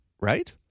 Right